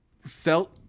felt